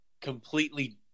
completely